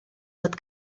fod